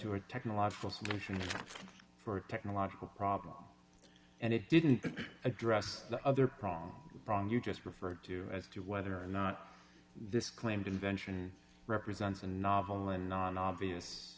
a technological solution for a technological problem and it didn't address the other prong prong you just referred to as to whether or not this claimed invention represents a novel and non obvious